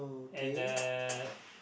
and a